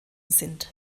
sind